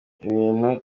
ibintu